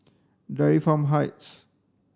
Dairy Farm Heights